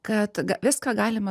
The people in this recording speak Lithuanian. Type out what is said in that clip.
kad viską galima